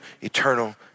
eternal